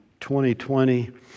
2020